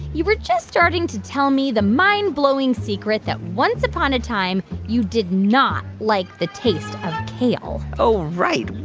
you were just starting to tell me the mind-blowing secret that, once upon a time, you did not like the taste of kale oh, right.